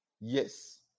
yes